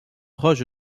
proches